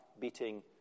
beating